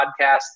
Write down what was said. podcast